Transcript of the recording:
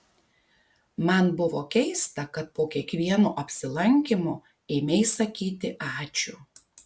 man buvo keista kad po kiekvieno apsilankymo ėmei sakyti ačiū